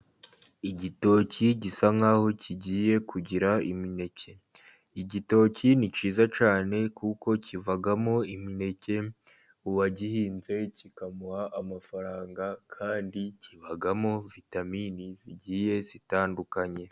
Igitoki gisa nkaho kigiye kugira imineke, igitoki ni cyiza cyane kuko kivamo imineke, uwagihinze kikamuha amafaranga kandi kibamo vitamini zigiye zitandukanye.